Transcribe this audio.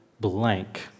blank